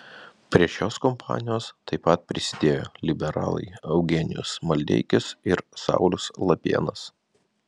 prie šios kompanijos taip pat prisidėjo liberalai eugenijus maldeikis ir saulius lapėnas